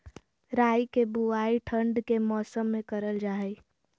राई के बुवाई ठण्ड के मौसम में करल जा हइ